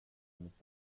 mitt